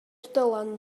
dylan